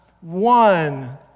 one